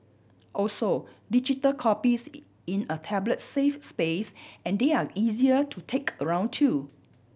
also digital copies in in a tablet save space and they are easier to take around too